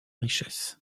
richesse